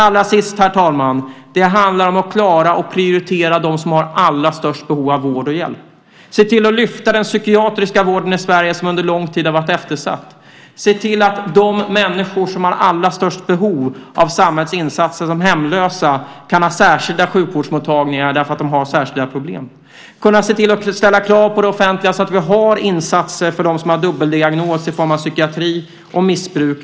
Allra sist, herr talman, handlar det om att klara att prioritera dem som har allra störst behov av vård och hjälp, att se till att lyfta den psykiatriska vården i Sverige som under lång tid har varit eftersatt. Det handlar om att se till att de människor som har allra störst behov av samhällets insatser, som hemlösa, kan ha särskilda sjukvårdsmottagningar, därför att de har särskilda problem. Det handlar om att kunna ställa krav på det offentliga så att vi har insatser för dem som har dubbeldiagnos i form av psykisk sjukdom och missbruk.